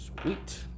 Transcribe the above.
Sweet